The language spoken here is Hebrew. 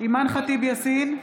ח'טיב יאסין,